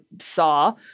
saw